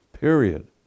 period